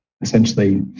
essentially